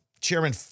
Chairman